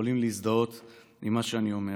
שיכולים להזדהות עם מה שאני אומר.